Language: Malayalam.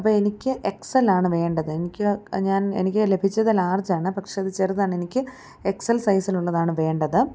അപ്പോള് എനിക്ക് എക്സ് എല്ലാണ് വേണ്ടത് എനിക്ക് ഞാൻ എനിക്ക് ലഭിച്ചത് ലാർജാണ് പക്ഷേ അത് ചെറുതാണെനിക്ക് എക്സ് എൽ സൈസിലുള്ളതാണ് വേണ്ടത്